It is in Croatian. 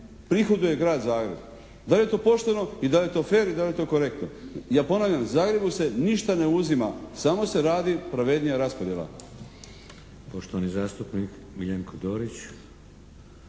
prihoduje Grad Zagreb? Da li je to pošteno i da li je to fer i da li je to korektno? Ja ponavljam, Zagrebu se ništa ne uzima, samo se radi pravednija raspodjela.